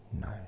No